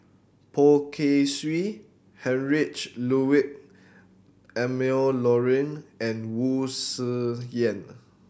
Poh Kay Swee Heinrich Ludwig Emil Luering and Wu Tsai Yen